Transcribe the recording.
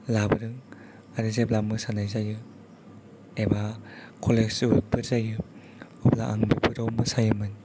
लाबोदों आरो जेब्ला मोसानाय जायो एबा कलेज उइक फोर जायो अब्ला आं बेफोराव मोसायोमोन